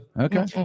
okay